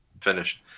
finished